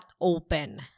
open